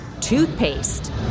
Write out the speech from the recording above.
toothpaste